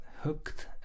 hooked